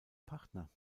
partner